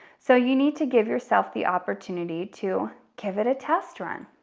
so you need to give yourself the opportunity to give it a test run.